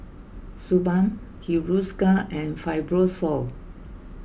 Suu Balm Hiruscar and Fibrosol